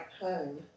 home